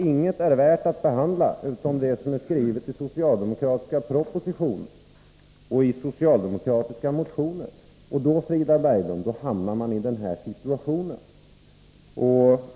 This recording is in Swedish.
Inget är värt att behandla utom det som är skrivet i den socialdemokratiska propositionen och i socialdemokratiska motioner. Då, Frida Berglund, hamnar man i den här situationen.